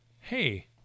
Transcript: hey